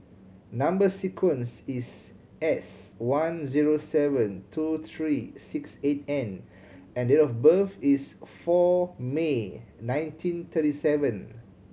number sequence is S one zero seven two three six eight N and date of birth is four May nineteen thirty seven